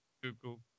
Google